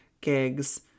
gigs